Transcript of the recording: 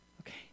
Okay